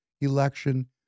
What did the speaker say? election